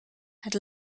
had